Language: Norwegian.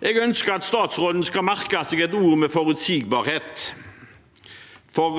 Jeg ønsker at statsråden skal merke seg ordet «forutsigbarhet», for